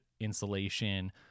insulation